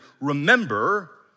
remember